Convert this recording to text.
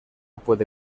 puede